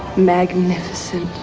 magnificent.